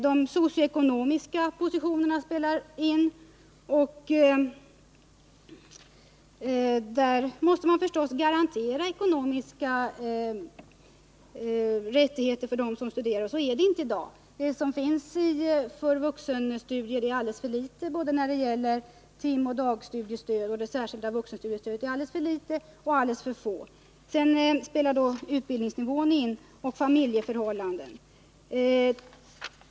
De socioekonomiska positionerna spelar också in, och härvidlag måste man givetvis garantera ekonomiska rättigheter för de studerande. Så är det inte i dag. De vuxenstudiebidrag som ges är alldeles för små och för få såväl när det gäller timoch dagstudiestödet som i fråga om det särskilda vuxenstödet. Vidare spelar utbildningsnivån och familjeförhållandena en roll.